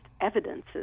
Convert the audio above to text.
evidences